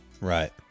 Right